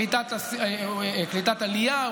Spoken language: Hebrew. קליטת עלייה,